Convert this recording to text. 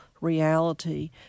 reality